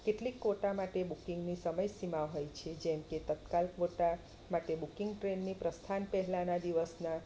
કેટલીક કોટા માટે બુકિંગની સમયસીમા હોય છે જેમકે તત્કાલ કોટા માટે બુકિંગ ટ્રેનની પ્રસ્થાન પહેલાંના દિવસના